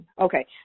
Okay